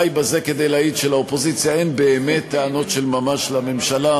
די בזה כדי להעיד שלאופוזיציה אין באמת טענות של ממש לממשלה.